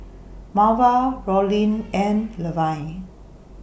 Marva Rollin and Levin